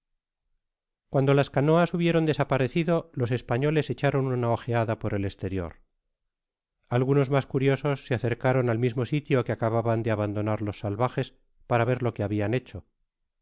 guando las canoas hubieron desaparecido los españoles echaron una ojeada por el es tenor algunos mas curiosos se acercaron al mismo sitio que acababan de abandonar los salvajes para ver lo que habían hecho